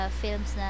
films